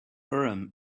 urim